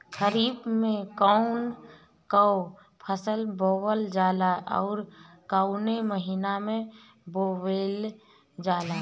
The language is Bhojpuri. खरिफ में कौन कौं फसल बोवल जाला अउर काउने महीने में बोवेल जाला?